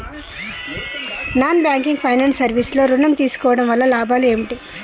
Non banking finance service లో ఋణం తీసుకోవడం వల్ల లాభాలు ఏమిటి?